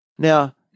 Now